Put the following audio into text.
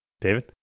David